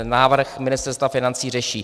Návrh Ministerstva financí řeší.